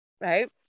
Right